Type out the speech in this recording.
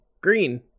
Green